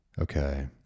Okay